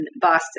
Boston